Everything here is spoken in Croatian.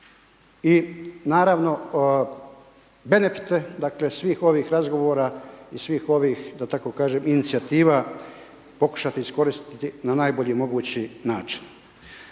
I naravno benefite dakle svih ovih razgovora i svih ovih da tako kažem inicijativa pokušati iskoristiti na najbolji mogući način.